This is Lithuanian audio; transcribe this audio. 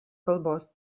kalbos